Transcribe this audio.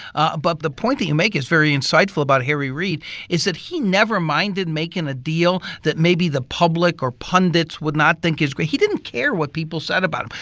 ah but the point that you make is very insightful about harry reid is that he never minded making a deal that maybe the public or pundits would not think is great. he didn't care what people said about him.